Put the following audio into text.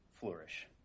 flourish